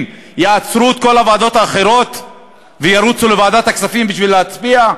יעצרו את כל הוועדות האחרות וירוצו לוועדת הכספים בשביל להצביע?